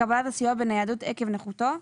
לקבלת הסיוע בניידות עקב נכותו.